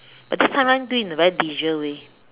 but this time round do in a very leisure way